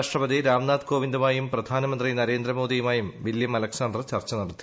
രാഷ്ട്രപതി രാംനാഥ് കോവിന്ദുമായും പ്രധാനമന്ത്രി നരേന്ദ്രമോദിയുമായും വില്യം അലക്സാണ്ടർ ചർച്ച നടത്തി